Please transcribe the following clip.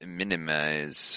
minimize